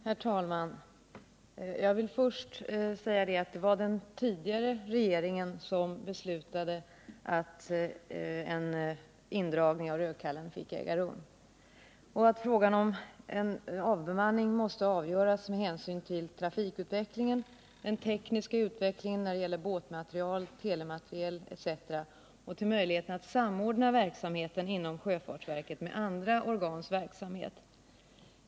Herr talman! Jag vill först säga att det var den tidigare regeringen som beslutade att en indragning av Rödkallen fick äga rum och att frågan om en avbemanning måste avgöras med hänsyn till trafikutvecklingen, den tekniska utvecklingen när det gäller båtmateriel, telemateriel etc. och till möjligheten att samordna verksamheten inom sjöfartsverket med andra organs verksamhet.